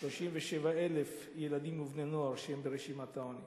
837,000 ילדים ובני-נוער שהם ברשימת העוני.